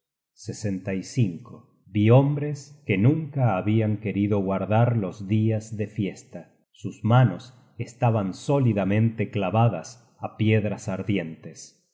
search generated at vi hombres que nunca habian querido guardar los dias de fiesta sus manos estaban sólidamente clavadas á piedras ardientes